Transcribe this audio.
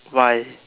why